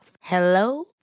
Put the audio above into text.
Hello